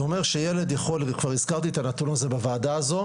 זה אומר שילד יכול כבר הזכרתי את הנתון הזה בוועדה הזאת